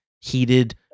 heated